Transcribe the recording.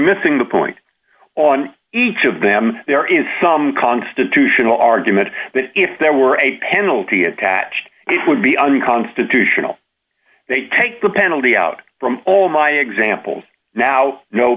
missing the point on each of them there is some constitutional argument that if there were a penalty attached it would be unconstitutional they take the penalty out from all my examples now no